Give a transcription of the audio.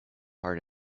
heart